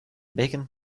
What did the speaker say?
bacon